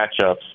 matchups